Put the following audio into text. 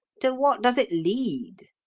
to what does it lead?